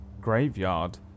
graveyard